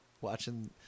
watching